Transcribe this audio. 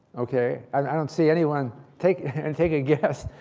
ok, i don't see anyone take and take a guess.